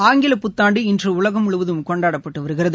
ஆங்கில புத்தாண்டு இன்று உலகம் முழுவதும் கொண்டாடப்பட்டு வருகிறது